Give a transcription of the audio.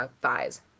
thighs